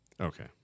Okay